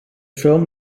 ffilm